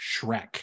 Shrek